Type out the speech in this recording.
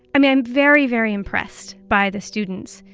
i'm i'm very, very impressed by the students.